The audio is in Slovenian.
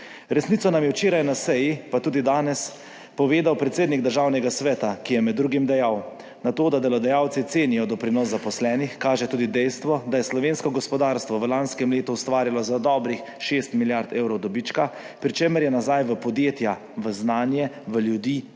Resnico nam je včeraj na seji, pa tudi danes, povedal predsednik Državnega sveta, ki je med drugim dejal: »Na to, da delodajalci cenijo doprinos zaposlenih, kaže tudi dejstvo, da je slovensko gospodarstvo v lanskem letu ustvarilo za dobrih 6 milijard evrov dobička, pri čemer je nazaj v podjetja, znanje, ljudi,